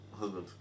husband